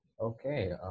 okay